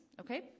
Okay